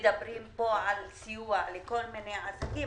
מדברים פה על סיוע לכל מיני עסקים,